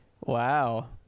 Wow